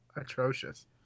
atrocious